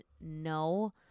no